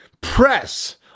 press